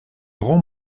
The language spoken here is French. rend